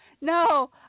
No